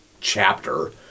chapter